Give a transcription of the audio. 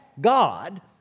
God